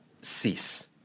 cease